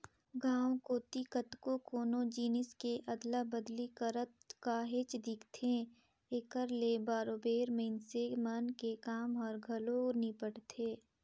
गाँव कोती कतको कोनो जिनिस के अदला बदली करत काहेच दिखथे, एकर ले बरोबेर मइनसे मन के काम हर घलो निपटथे